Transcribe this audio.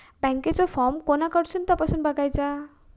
बँकेचो फार्म कोणाकडसून तपासूच बगायचा?